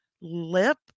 lip